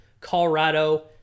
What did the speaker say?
Colorado